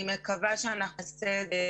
לא הלקוח ולא ספק השירותים צריכים לספוג את הנזק